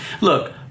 look